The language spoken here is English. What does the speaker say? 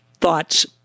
thoughts